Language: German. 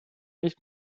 nicht